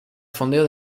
fondeo